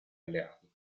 alleati